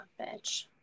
bitch